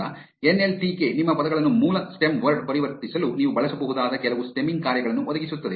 ಈಗ N L T K ನಿಮ್ಮ ಪದಗಳನ್ನು ಮೂಲ ಸ್ಟೆಮ್ ವರ್ಡ್ ಪರಿವರ್ತಿಸಲು ನೀವು ಬಳಸಬಹುದಾದ ಕೆಲವು ಸ್ಟೆಮ್ಮಿಂಗ್ ಕಾರ್ಯಗಳನ್ನು ಒದಗಿಸುತ್ತದೆ